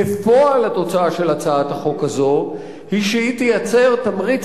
בפועל התוצאה של הצעת החוק הזאת היא שהיא תייצר תמריץ